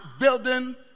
building